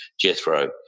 Jethro